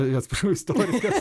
atsiprašau istorikas